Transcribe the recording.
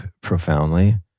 profoundly